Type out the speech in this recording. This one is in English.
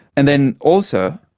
and then also,